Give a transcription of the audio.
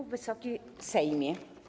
Wysoki Sejmie!